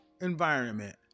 environment